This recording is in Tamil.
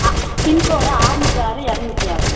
பின்கோடு ஆறுநூத்தி ஆறு இரநூத்தி ஆறு